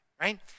right